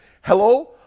hello